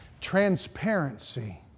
Transparency